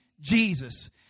Jesus